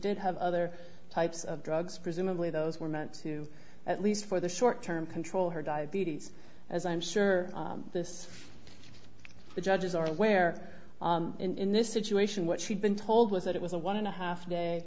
did have other types of drugs presumably those were meant to at least for the short term control her diabetes as i'm sure this the judges are aware in this situation what she'd been told was that it was a one and a half day